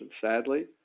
Sadly